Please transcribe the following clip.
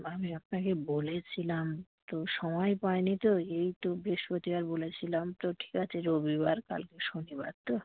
আমি আপনাকে বলেছিলাম তো সময় পাই নি তো এই তো বৃহস্পতিবার বলেছিলাম তো ঠিক আছে রবিবার কালকে শনিবার তো